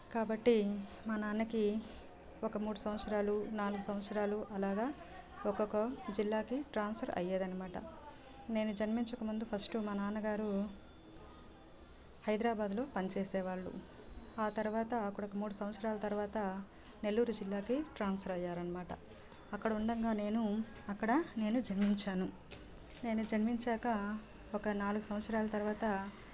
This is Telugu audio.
కాబట్టి మా నాన్నకి ఒక మూడు సంవత్సరాలు నాలుగు సంవత్సరాలు అలాగా ఒక్కొక్క జిల్లాకి ట్రాన్స్ఫర్ అయ్యేది అన్నమాట నేను జన్మించక ముందు ఫస్ట్ మా నాన్నగారు హైదరాబాదులో పనిచేసే వాళ్ళు ఆ తర్వాత అక్కడ ఒక మూడు సంవత్సరాల తర్వాత నెల్లూరు జిల్లాకి ట్రాన్స్ఫర్ అయ్యారన్నమాట అక్కడ ఉండగా నేను అక్కడ నేను జన్మించాను నేను జన్మించాక ఒక నాలుగు సంవత్సరాల తర్వాత